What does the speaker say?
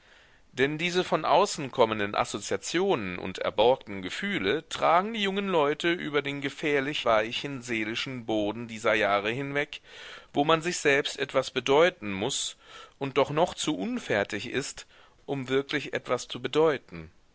denn diese von außen kommenden assoziationen und erborgten gefühle tragen die jungen leute über den gefährlich weichen seelischen boden dieser jahre hinweg wo man sich selbst etwas bedeuten muß und doch noch zu unfertig ist um wirklich etwas zu bedeuten